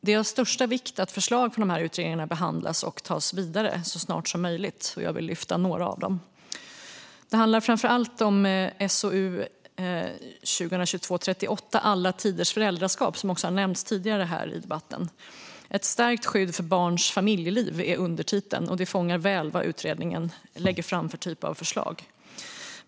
Det är av största vikt att förslag från dessa utredningar behandlas och tas vidare så snart som möjligt. Jag vill lyfta fram några av dem. Det handlar framför allt om SOU 2022:38, som har nämnts tidigare i debatten. Den heter Alla tiders föräldraskap - ett stärkt skydd för barns familjeliv , och undertiteln fångar väl vilken typ av förslag utredningen lägger fram.